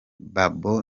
babo